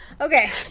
Okay